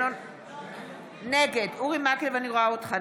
נגד אבתיסאם מראענה,